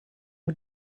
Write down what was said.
who